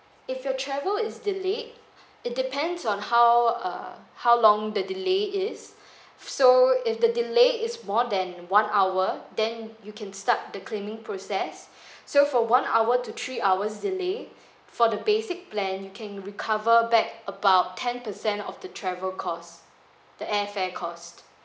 if your travel is delayed it depends on how uh how long the delay is so if the delay is more than one hour then you can start the claiming process so for one hour to three hours delay for the basic plan you can recover back about ten percent of the travel costs the air fare cost